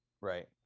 Right